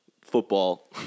football